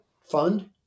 fund